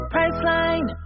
Priceline